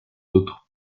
autres